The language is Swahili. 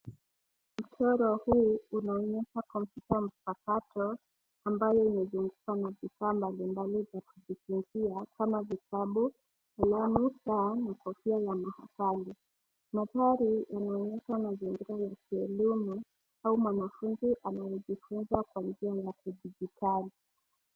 Mchoro huu unaonyesha kompyuta mpakato ambayo imezungukwa na vifaa mbalimbali vya kujifunzia kama vitabu, kalamu, taa na kofia ya mahafali. Mandhari inaonyesha mazingira ya kielimu au mwanafunzi anayejifunza kwa njia ya kidijitali.